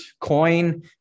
coin